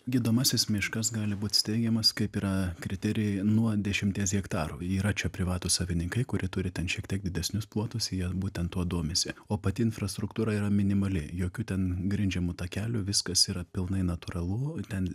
gydomasis miškas gali būt steigiamas kaip yra kriterijai nuo dešimties hektarų yra čia privatūs savininkai kurie turi ten šiek tiek didesnius plotus jie būtent tuo domisi o pati infrastruktūra yra minimali jokių ten grindžiamų takelių viskas yra pilnai natūralu ten